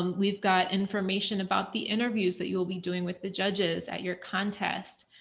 um we've got information about the interviews that you will be doing with the judges at your contest.